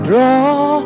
Draw